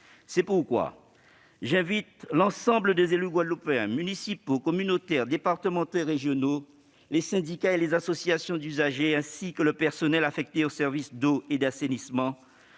C'est pourquoi j'invite l'ensemble des élus guadeloupéens, qu'ils soient municipaux, communautaires, départementaux ou régionaux, les syndicats et les associations d'usagers, ainsi que le personnel affecté aux services d'eau potable et d'assainissement,